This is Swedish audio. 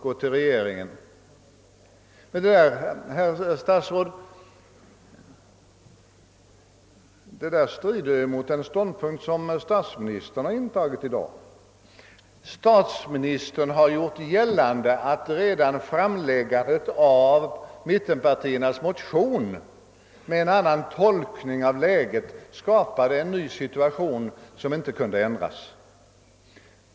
Men, herr statsråd, detta strider mot den ståndpunkt statsministern i dag har intagit. Statsministern har i dag gjort gällande att redan framläggandet av mittenpartiernas motion med en annan tolkning av läget skapade en ny situation som inte kunde ändras.